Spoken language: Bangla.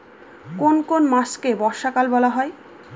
কোন কোন মাসকে বর্ষাকাল বলা হয়?